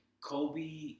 Kobe